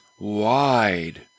wide